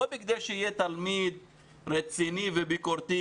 לא כדי שיהיה תלמיד רציני וביקורתי,